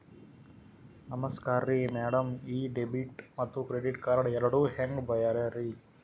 ನಮಸ್ಕಾರ್ರಿ ಮ್ಯಾಡಂ ಈ ಡೆಬಿಟ ಮತ್ತ ಕ್ರೆಡಿಟ್ ಕಾರ್ಡ್ ಎರಡೂ ಹೆಂಗ ಬ್ಯಾರೆ ರಿ?